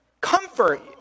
comfort